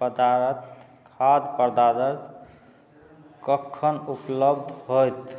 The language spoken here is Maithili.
पदार्थ खाद्य पदार्थ कखन उपलब्ध होयत